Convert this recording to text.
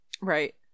right